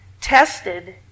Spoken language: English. tested